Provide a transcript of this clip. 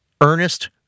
Ernest